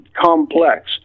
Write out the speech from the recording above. complex